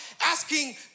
asking